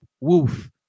Woof